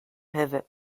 pivot